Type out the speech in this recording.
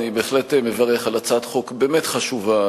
אני בהחלט מברך על הצעת חוק באמת חשובה,